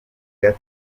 gato